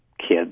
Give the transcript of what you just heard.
kids